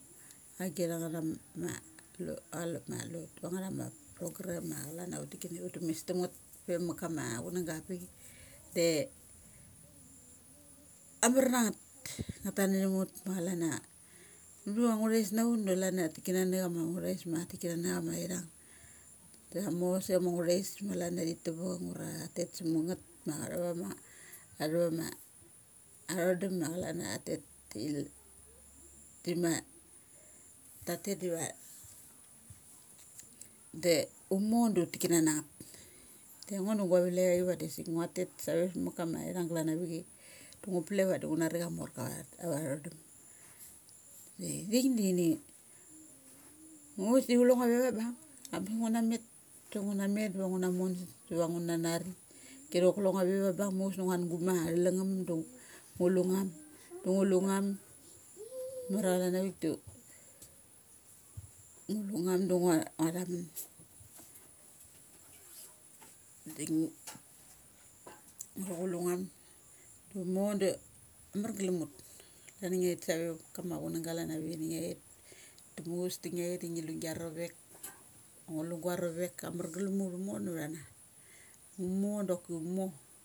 Agit ang nga tha ma a lotu angnga tha ma pogram ma clan auti kana ut tam mes tam ngeth pe ma kama chunang ga avapik de amar na ngeth. Nga tatna thum ut ma chalan a ang ngu thais na ut da tha tik kana na chama angngu thais ma tha tik kana na chama ithang tamo sa chama ngu thais ma chalar athi tavung ura tha tet sa ma ngeth ma ma thava ma athavama athodum ma calan a tha tet ti tima tatet diva de umo dout tik kanana ngeth. Da ngo da gu valek achi vadi asik ngua tet save sama kama, ma ithang glan avi chai du ngu pa lek ia vadi ngu nari amorka avathodum. Da ithik di chini muchus do chule ngo ve bung, ambes ngu na met sa ngu na met ma ngu na met ma ngu na met vangu na mon sa ngu na nari. Ti ri chok klongo ve va bung muchus da nguar guma thalangngum du, ngu lu ngum, du ngu lu ngum mamar a chalan avik da ngu lu ngum da ngua, ngua tha mun dai asik ngu lu ngam du umo da mar glam ut. Klan a ngiait save va kama chunag ga clan avichai da ngiait, da muchus da ngiait ngilu gia rovek ngu lu gua rovek amarglam ngo umo navtha na. Umo doki umo.